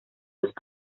los